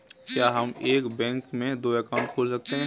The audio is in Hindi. क्या हम एक बैंक में दो अकाउंट खोल सकते हैं?